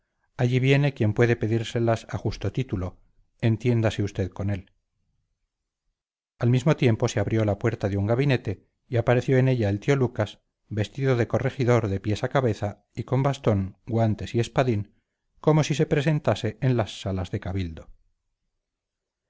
allí viene quien puede pedírselas a justo título entiéndase usted con él al mismo tiempo se abrió la puerta de un gabinete y apareció en ella el tío lucas vestido de corregidor de pies a cabeza y con bastón guantes y espadín como si se presentase en las salas de cabildo